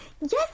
yes